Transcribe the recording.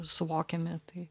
suvokiami tai